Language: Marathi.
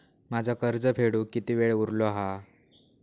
माझा कर्ज फेडुक किती वेळ उरलो हा?